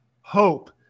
hope